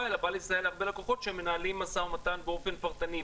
אלא באה לסייע ללקוחות שמנהלים משא ומתן באופן פרטני,